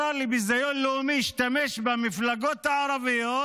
השר לביזיון לאומי השתמש במפלגות הערביות